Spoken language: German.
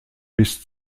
bis